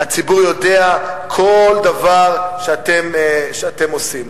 הציבור יודע כל דבר שאתם עושים.